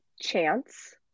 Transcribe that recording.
chance